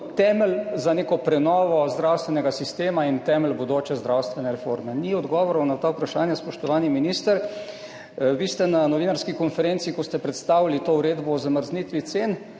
temelj za neko prenovo zdravstvenega sistema in temelj bodoče zdravstvene reforme? Ni odgovorov na ta vprašanja, spoštovani minister. Vi ste na novinarski konferenci, ko ste predstavili to uredbo o zamrznitvi cen,